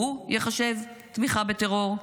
הוא ייחשב תמיכה בטרור?